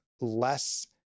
less